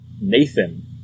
Nathan